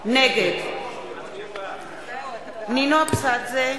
נגד נינו אבסדזה,